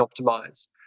optimize